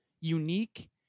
unique